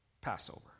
Passover